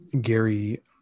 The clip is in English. gary